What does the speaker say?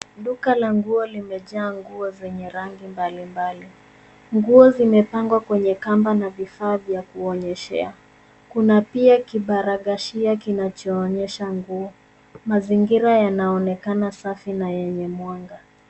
Duka la nguo limejaa nguo zenye rangi mbali mbali. Nguo zimepangwa kwenye kamba na vifaa vya kuonyeshea. Kuna pia kibaragashia kinacho onyesha nguo. Mazingira yanaonekana safi na yenye mwanga